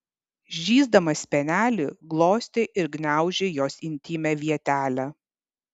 žįsdamas spenelį glostė ir gniaužė jos intymią vietelę